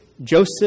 Joseph